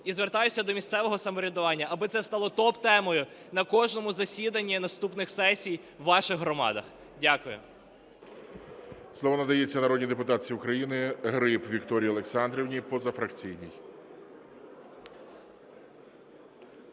І звертаюся до місцевого самоврядування, аби це стало топтемою на кожному засіданні наступних сесій у ваших громадах. Дякую. ГОЛОВУЮЧИЙ. Слово надається народній депутатці України Гриб Вікторії Олександрівні, позафракційній.